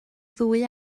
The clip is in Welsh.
ddwy